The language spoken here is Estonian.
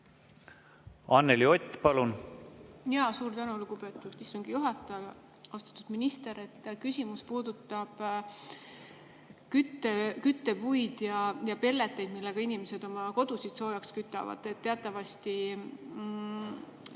Anneli Ott, palun!